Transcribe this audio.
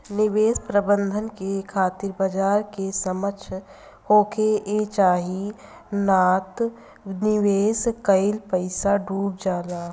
निवेश प्रबंधन के खातिर बाजार के समझ होखे के चाही नात निवेश कईल पईसा डुब जाला